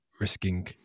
risking